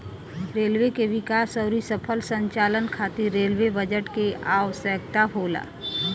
railway के विकास अउरी सफल संचालन खातिर रेलवे बजट के आवसकता होला